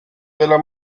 della